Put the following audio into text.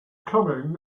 coming